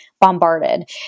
bombarded